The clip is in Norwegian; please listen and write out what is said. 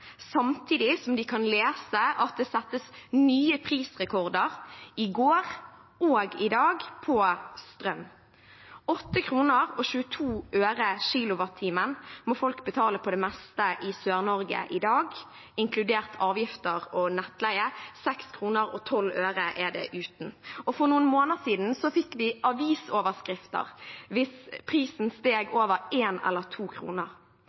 samtidig som de kan lese at det settes nye prisrekorder på strøm i går og i dag. På det meste må folk i Sør-Norge i dag betale 8 kr og 22 øre per kilowattime, inkludert avgifter og nettleie – 6 kr og 12 øre uten. For noen måneder siden fikk vi avisoverskrifter hvis prisen steg over 1 eller